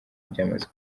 byamaze